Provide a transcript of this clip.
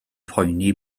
poeni